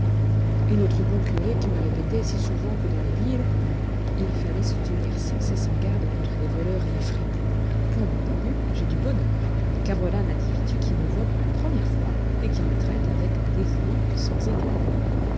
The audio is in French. et notre bon curé qui me répétait si souvent que dans les villes il fallait se tenir sans cesse en garde contre les voleurs et les fripons pour mon début j'ai du bonheur car voilà un individu qui me voit pour la première fois et qui me traite avec un dévouement sans égal